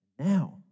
Now